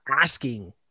asking